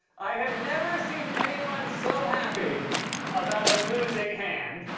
i have never seen anyone so happy about a losing hand.